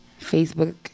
Facebook